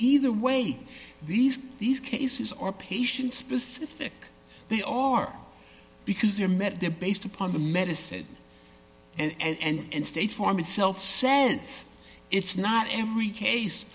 either way these these cases are patient specific they are because they're met there based upon the medicine and state farm itself sants it's not every case